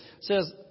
Says